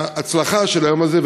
מההצלחה של היום הזה,